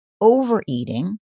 overeating